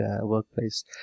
workplace